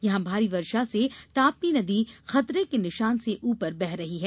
यहां भारी वर्षा से ताप्ती नदी खतरे के निशान से ऊपर बह रही है